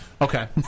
Okay